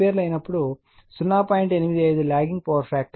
85 lagging power factor